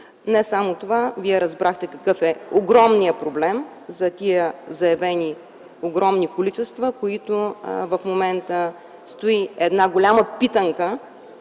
Не само това. Разбрахте какъв е големият проблем за тези заявени огромни количества, за които в момента стои голяма питанка: